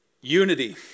Unity